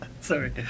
Sorry